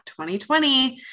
2020